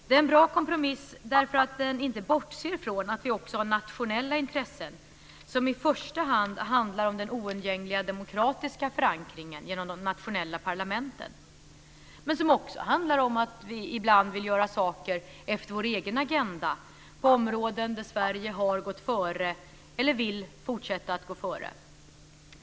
Det är en bra kompromiss därför att den inte bortser från att vi också har nationella intressen, som i första hand handlar om den oundgängliga demokratiska förankringen genom de nationella parlamenten men som också handlar om att vi ibland vill göra saker efter vår egen agenda, på områden där Sverige har gått före eller vill fortsätta att gå före.